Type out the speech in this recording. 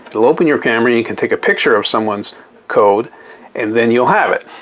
it'll open your camera you can take a picture of someone's code and then you'll have it.